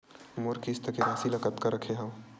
मोर किस्त के राशि ल कतका रखे हाव?